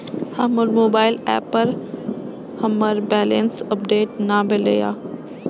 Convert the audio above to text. हमर mobile app पर हमर बैलेंस अपडेट ने भेल या